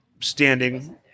standing